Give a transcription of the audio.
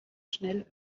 schnell